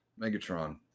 Megatron